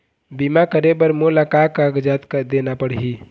बीमा करे बर मोला का कागजात देना पड़ही?